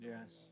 Yes